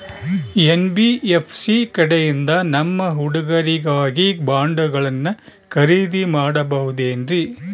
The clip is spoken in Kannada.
ಎನ್.ಬಿ.ಎಫ್.ಸಿ ಕಡೆಯಿಂದ ನಮ್ಮ ಹುಡುಗರಿಗಾಗಿ ಬಾಂಡುಗಳನ್ನ ಖರೇದಿ ಮಾಡಬಹುದೇನ್ರಿ?